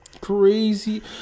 Crazy